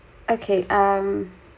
okay um